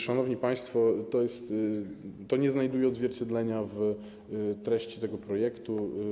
Szanowni państwo, to nie znajduje odzwierciedlenia w treści tego projektu.